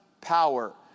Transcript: power